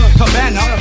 cabana